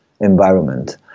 environment